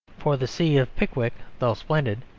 for the sea of pickwick, though splendid,